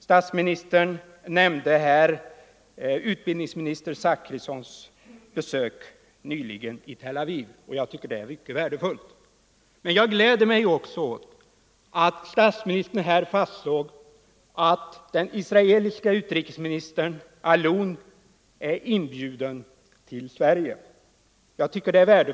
Statsministern nämnde utbildningsminister Zachrissons besök nyligen i Tel Aviv, och jag tycker att dessa kontakter är mycket värdefulla. Jag gläder mig också åt att statsministern här meddelade att den israeliska — Nr 127 utrikesministern Allon är inbjuden till Sverige. Det tycker jag är bra.